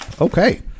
Okay